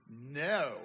no